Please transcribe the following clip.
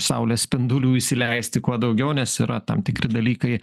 saulės spindulių įsileisti kuo daugiau nes yra tam tikri dalykai